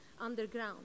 underground